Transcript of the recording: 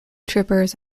trippers